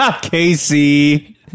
casey